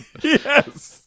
Yes